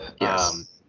Yes